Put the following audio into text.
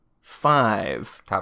five